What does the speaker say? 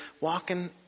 walking